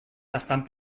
bastant